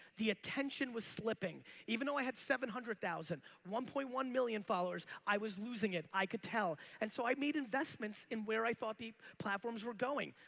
the attention was slipping. even though i had seven hundred thousand, one point one million followers i was losing it. i could tell and so i made investments investments in where i thought the platforms were going.